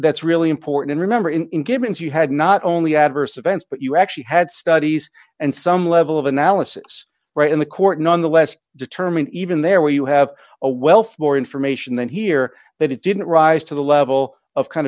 that's really important to remember in gaiman's you had not only adverse events but you actually had studies and some level of analysis right in the court nonetheless determined even there where you have a wealth more information than here that it didn't rise to the level of kind